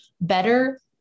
better